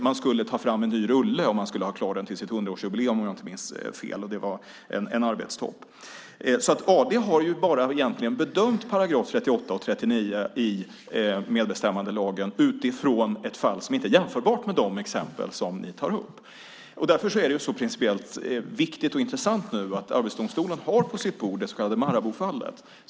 Man skulle ta fram en ny rulle och ha den klar till sitt hundraårsjubileum, om jag inte minns fel. Det var en arbetstopp. Arbetsdomstolen har alltså bara bedömt § 38 och § 39 i medbestämmandelagen utifrån ett fall som inte är jämförbart med de exempel som ni tar upp. Därför är det principiellt viktigt och intressant att Arbetsdomstolen nu har på sitt bord det så kallade Maraboufallet.